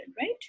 right